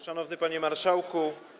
Szanowny Panie Marszałku!